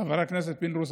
חבר הכנסת פינדרוס,